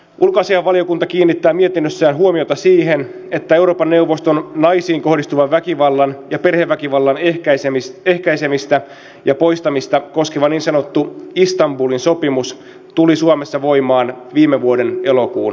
ulkoasiainvaliokunta kiinnittää mietinnössään huomiota siihen että euroopan neuvoston naisiin kohdistuvan väkivallan ja perheväkivallan ehkäisemistä ja poistamista koskeva niin sanottu istanbulin sopimus tuli suomessa voimaan viime vuoden elokuun alussa